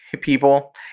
people